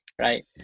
right